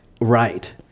right